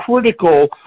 critical